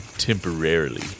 Temporarily